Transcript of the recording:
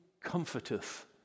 comforteth